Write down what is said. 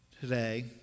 today